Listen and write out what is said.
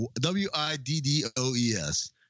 W-I-D-D-O-E-S